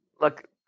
look